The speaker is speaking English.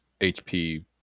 HP